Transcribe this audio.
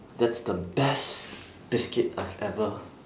that's the best biscuit I've ever